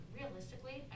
realistically